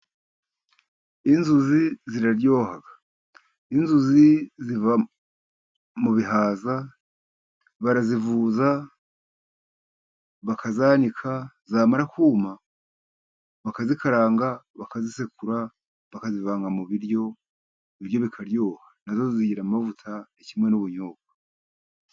Inzuzi ziraryoha. Inzuzi ziva mu bihaza. Barazivuza, bakazanika zamara kuma bakazikaranga, bakazisekura bakazivanga mu biryo, ibyo bikaryoha. Na zo zigira amavuta, ni kimwe n'ubunyobwa.